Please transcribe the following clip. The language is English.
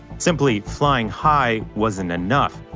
simply flying high wasn't enough.